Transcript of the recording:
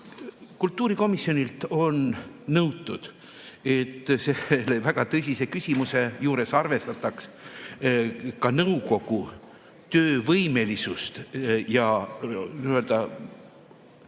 Kultuurikomisjonilt on nõutud, et selle väga tõsise küsimuse juures arvestataks ka nõukogu töövõimelisust ja pädevuse